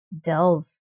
Delve